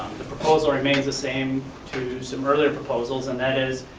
the proposal remains the same to some earlier proposals and that is,